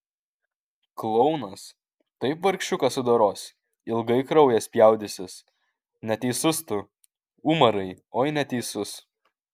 klounas taip vargšiuką sudoros ilgai kraujais spjaudysis neteisus tu umarai oi neteisus